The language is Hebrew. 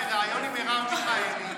בריאיון עם מרב מיכאלי,